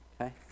Okay